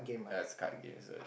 uh it's card game so